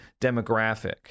demographic